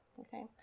okay